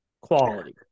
Quality